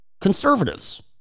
conservatives